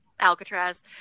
Alcatraz